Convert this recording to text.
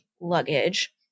luggage